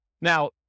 Now